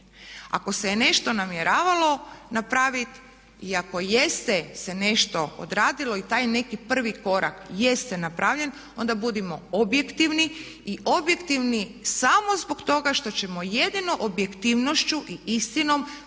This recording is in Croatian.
Ako se je nešto namjeravalo napraviti i ako jeste se nešto odradilo i taj neki prvi korak jeste napravljen, onda budimo objektivni i objektivni samo zbog toga što ćemo jedino objektivnošću i istinom